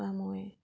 বা মই